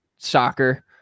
soccer